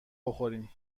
بخوریم